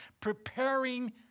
preparing